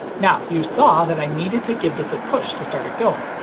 now, you saw that i needed to give this a push to start it going.